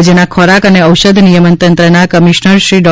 રાજ્યના ખોરાક અને ઔષધ નિયમન તંત્રના કમિશનરશ્રી ડૉ